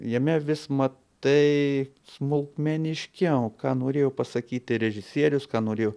jame vis matai smulkmeniškiau ką norėjo pasakyti režisierius ką norėjo